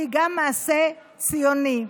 והיא גם מעשה ציוני.